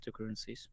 cryptocurrencies